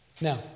Now